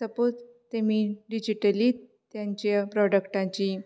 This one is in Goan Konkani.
सपोज तेमी डिजिटली तेंच्या प्रोडक्टांची